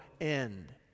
end